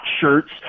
shirts